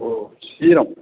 ओ शरीरं